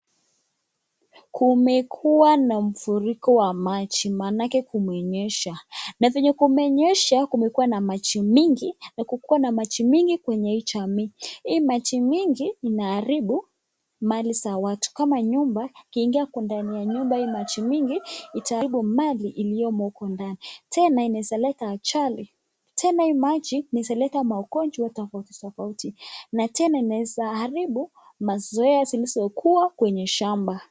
Kumekuwa na mfuriko wa maji maanake kumenyesha. Na venye kumenyesha kumekuwa na maji mingi na kukuwa na maji mingi kwenye hii jamii. Hii maji mingi inaharibu mali za watu. Kama nyumba, ikiingia kwa ndani ya nyumba hii maji mingi itaharibu mali iliyomo huko ndani. Tena inaweza leta ajali. Tena hii maji inaweza leta magonjwa tofauti tofauti. Na tena inaweza haribu mazoea zilizokuwa kwenye shamba.